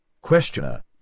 questioner